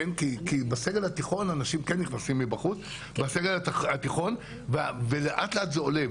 כי בסגל התיכון אנשים כן נכנסים מבחוץ ולאט לאט זה עולה.